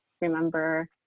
remember